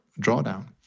drawdown